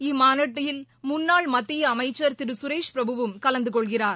இம்மாநாட்டில் முன்னாள் மத்திய அமைச்சர் திரு சுரேஷ் பிரபுவும் கலந்தகொள்கிறார்